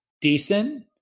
decent